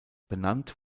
benannt